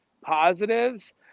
positives